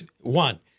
one